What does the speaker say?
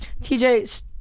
TJ